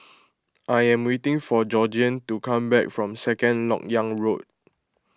I am waiting for Georgiann to come back from Second Lok Yang Road